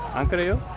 korea